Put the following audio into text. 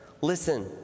listen